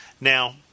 Now